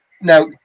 now